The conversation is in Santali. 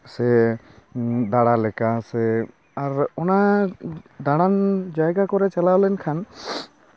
ᱥᱮ ᱫᱟᱬᱟ ᱞᱮᱠᱟ ᱥᱮ ᱟᱨ ᱚᱱᱟ ᱫᱟᱬᱟᱱ ᱡᱟᱭᱜᱟ ᱠᱚᱨᱮᱜ ᱪᱟᱞᱟᱣ ᱞᱮᱱᱠᱷᱟᱱ